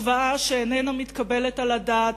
השוואה שאיננה מתקבלת על הדעת,